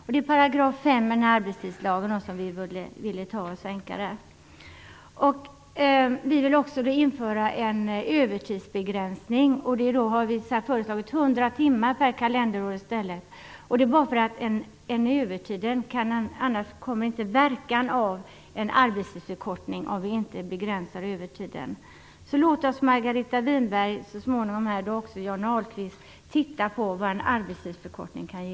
Det är i fråga om 5 § arbetstidslagen som vi vill genomföra en sänkning. Vi vill också införa en övertidsbegränsning. Vi har föreslagit 100 timmar per kalenderår. Det kommer inte att bli någon verkan av en arbetstidsförkortning om vi inte begränsar övertiden. Låt oss alltså, Margareta Winberg så småningom och också Johnny Ahlqvist, titta på vad en arbetstidsförkortning kan ge!